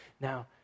Now